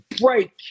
break